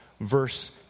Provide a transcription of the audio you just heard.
Verse